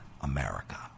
America